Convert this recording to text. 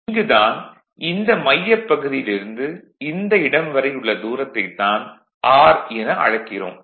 இங்கு தான் இந்த மையப் பகுதியிலிருந்து இந்த இடம் வரை உள்ள தூரத்தைத் தான் r என அளக்கிறோம்